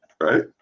right